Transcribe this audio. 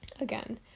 Again